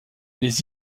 les